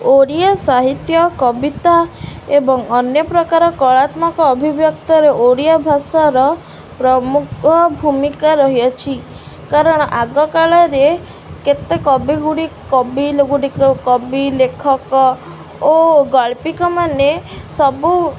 ଓଡ଼ିଆ ସାହିତ୍ୟ କବିତା ଏବଂ ଅନ୍ୟପକାର କଳାତ୍ମକ ଅଭିବ୍ୟକ୍ତରେ ଓଡ଼ିଆ ଭାଷାର ପ୍ରମୁଖ ଭୂମିକା ରହିଛି କାରଣ ଆଗ କାଳରେ କେତେ କବି ଗୁଡ଼ିକ କବି ଲେଖକ ଓ ଗାଳ୍ପିକମାନେ ସବୁ